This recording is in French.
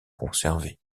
conservé